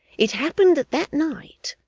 it happened that that night,